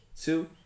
Two